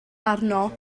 arno